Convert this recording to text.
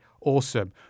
awesome